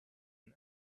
and